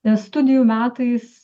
nes studijų metais